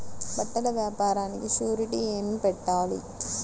బట్టల వ్యాపారానికి షూరిటీ ఏమి పెట్టాలి?